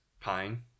Pine